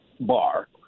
bar